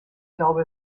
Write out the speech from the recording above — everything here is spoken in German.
glaube